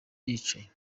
yicaye